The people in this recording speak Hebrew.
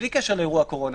בלי קשר לאירוע הקורונה,